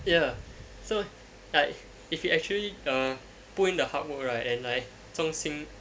ya so like if he actually err put in the hard work right and like 专心